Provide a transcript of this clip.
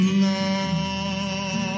love